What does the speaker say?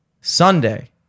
Sunday